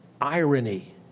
irony